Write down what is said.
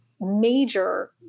major